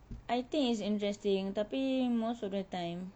I think it's interesting tapi most of the time